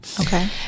Okay